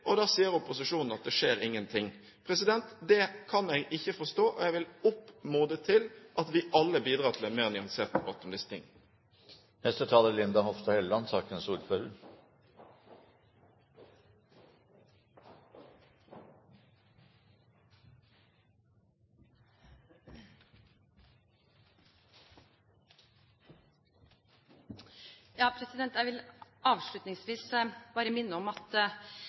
og da sier opposisjonen at det skjer ingenting. Det kan jeg ikke forstå, og jeg vil oppmode til at vi alle bidrar til en mer nyansert debatt om disse tingene. Jeg vil avslutningsvis bare minne om at det er